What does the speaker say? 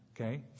Okay